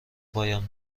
پیام